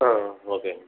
ஆ ஓகேங்க மேம்